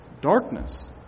darkness